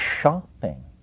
shopping